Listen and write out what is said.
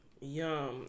yum